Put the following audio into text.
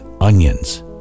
onions